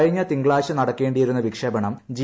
കഴിഞ്ഞ തിങ്കളാഴ്ച നടക്കേണ്ടിയിരുന്ന വിക്ഷേപണം ജി